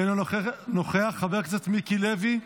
אינו נוכח, חבר הכנסת מיקי לוי,